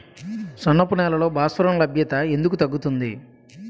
సున్నపు నేలల్లో భాస్వరం లభ్యత ఎందుకు తగ్గుతుంది?